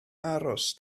aros